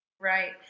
Right